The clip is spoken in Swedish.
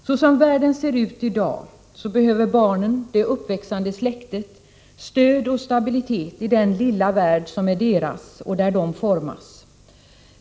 Så som världen ser ut i dag behöver barnen, det uppväxande släktet, stöd och stabilitet i den lilla värld som är deras och där de formas.